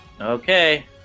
Okay